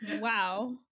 Wow